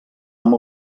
amb